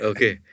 Okay